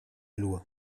loi